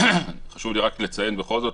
חשוב לי רק לציין בכל זאת,